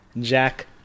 Jack